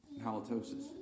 halitosis